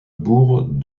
bourg